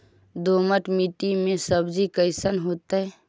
दोमट मट्टी में सब्जी कैसन होतै?